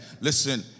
Listen